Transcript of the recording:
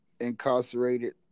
incarcerated